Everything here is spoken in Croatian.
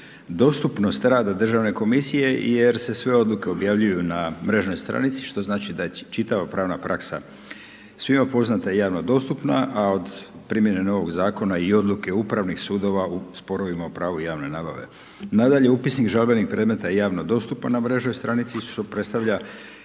dostupnost rada Državne komisije jer se sve odluke objavljuju na mrežnoj stranici, što znači da je čitava pravna praksa svima poznata i javno dostupna, a od primjene novog zakona i odluke upravnih sudova u sporovima o pravu javne nabave. Nadalje, upisnik žalbenih predmeta je javno dostupan na mrežnoj stranici, što predstavlja